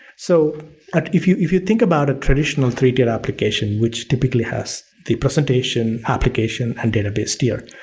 so if you if you think about a traditional treated application, which typically has the presentation, application and database here.